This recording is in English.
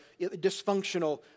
dysfunctional